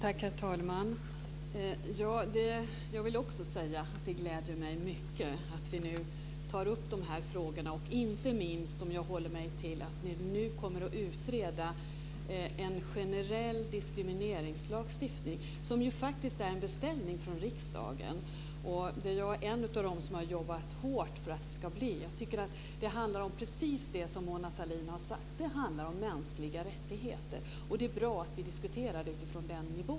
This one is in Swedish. Herr talman! Jag vill också säga att det gläder mig mycket att vi nu tar upp den här frågorna. Nu kommer vi att utreda en generell diskrimineringslagstiftning. Det är faktiskt en beställning från riksdagen. Jag är en av dem som har jobbat hårt för att det ska bli av. Jag tycker att det handlar om precis det som Mona Sahlin har sagt - det handlar om mänskliga rättigheter. Det är bra att vi diskuterar det utifrån den nivån.